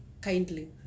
kindly